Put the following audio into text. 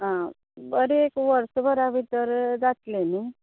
आं बरें एक वर्सभरा भितर जातलें न्ही